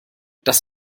das